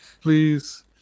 Please